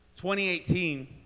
2018